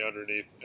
underneath